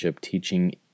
teaching